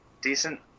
decent